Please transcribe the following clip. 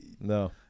no